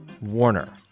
Warner